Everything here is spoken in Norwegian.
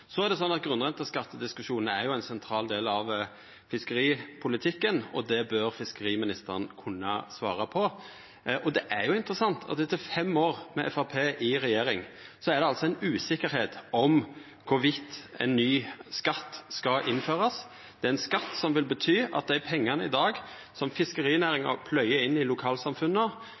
er jo ein sentral del av fiskeripolitikken, og dette bør fiskeriministeren kunna svara på. Det er jo interessant at etter fem år med Framstegspartiet i regjering er det ei usikkerheit rundt om ein ny skatt skal innførast eller ikkje. Dette er ein skatt som vil bety at ein større del av dei pengane som fiskerinæringa pløyer inn i lokalsamfunna